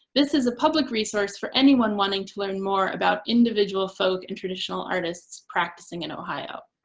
this is a public resource for anyone wanting to learn more about individual folk and traditional artists practicing in ohio.